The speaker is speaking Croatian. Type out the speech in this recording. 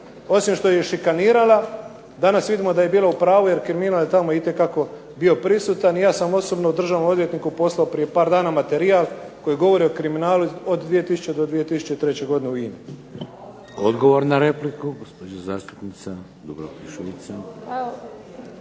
Osim što ju je šikanirala danas vidimo da je bila u pravu jer kriminal je tamo itekako bio prisutan i ja sam osobno državnom odvjetniku poslao prije par dana materijal koji govori o kriminalu od 2000. do 2003. godine u INA-i. **Šeks, Vladimir (HDZ)** Odgovor na repliku, gospođa zastupnica Dubravka Šuica.